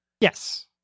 Yes